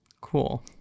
cool